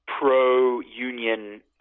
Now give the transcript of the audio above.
Pro-union